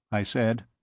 i said.